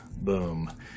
boom